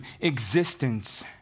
existence